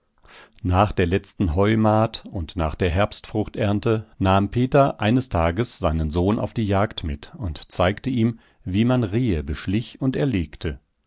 nach der letzten heumahd und nach der herbstfruchternte nahm peter eines tages seinen sohn auf die jagd mit und zeigte ihm wie man rehe beschlich und erlegte